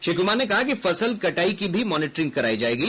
श्री कुमार ने कहा कि फसल कटाई की भी मॉनिटरिंग करायी जायेगी